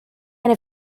and